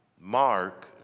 Mark